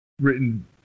written